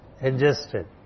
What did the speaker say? adjusted